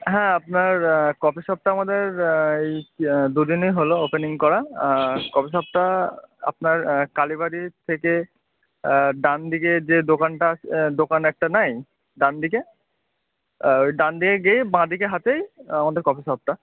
হ্যাঁ আপনার কফি শপটা আমাদের এই দুদিনই হলো ওপেনিং করা আর কফি শপটা আপনার কালীবাড়ির থেকে ডানদিকের যে দোকানটা দোকান একটা নেই ডানদিকে ওই ডান দিকে গিয়েই বাঁ দিকে হাতেই আমাদের কফি শপটা